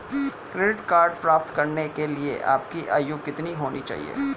Credit card प्राप्त करने के लिए आपकी आयु कितनी होनी चाहिए?